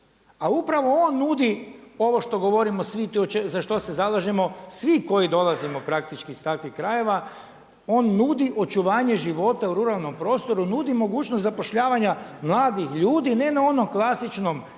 a upravo on nudi ovo što govorimo svi, za što se zalažemo svi koji dolazimo praktički iz takvih krajeva, on nudi očuvanje života u ruralnom prostoru, nudi mogućnost zapošljavanja mladih ljudi, ne na onom klasičnom sijanju